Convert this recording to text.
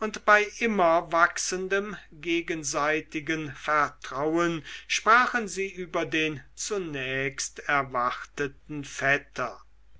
und bei immer wachsendem gegenseitigem vertrauen sprachen sie über den zunächst erwarteten vetter